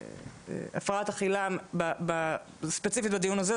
הפרעת אכילה ספציפית בדיון הזה,